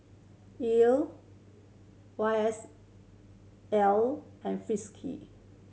Elle Y S L and Frisky